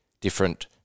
different